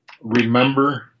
remember